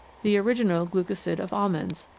the original glucosid of almonds,